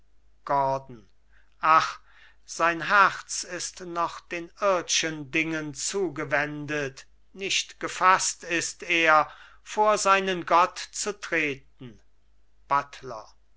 gordon ach sein herz ist noch den irdschen dingen zugewendet nicht gefaßt ist er vor seinen gott zu treten buttler